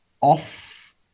off